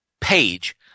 page